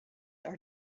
are